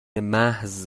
محض